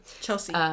Chelsea